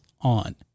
on